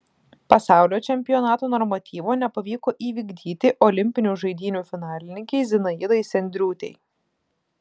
pasaulio čempionato normatyvo nepavyko įvykdyti olimpinių žaidynių finalininkei zinaidai sendriūtei